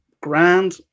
grand